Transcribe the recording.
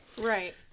Right